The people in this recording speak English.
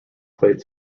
played